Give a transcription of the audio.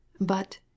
But